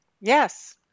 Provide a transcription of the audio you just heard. Yes